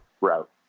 route